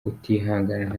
utihangana